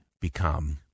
become